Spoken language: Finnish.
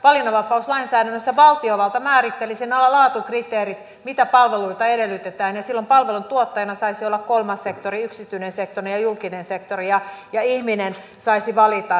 valinnanvapauslainsäädännössä valtiovalta määrittelisi sen alan laatukriteerit mitä palveluita edellytetään ja silloin palveluntuottajana saisi olla kolmas sektori yksityinen sektori ja julkinen sektori ja ihminen saisi valita